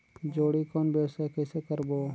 जोणी कौन व्यवसाय कइसे करबो?